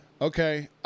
Okay